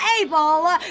able